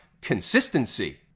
consistency